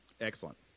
Excellent